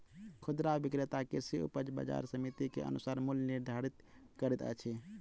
खुदरा विक्रेता कृषि उपज बजार समिति के अनुसार मूल्य निर्धारित करैत अछि